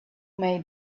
may